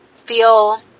feel